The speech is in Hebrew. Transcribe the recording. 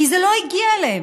כי זה לא הגיע אליהם.